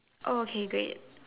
okay great